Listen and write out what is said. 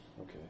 Okay